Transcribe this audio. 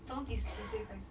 从几几岁开始